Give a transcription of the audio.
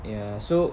ya so